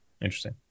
Interesting